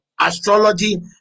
astrology